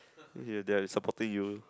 your dad is supporting you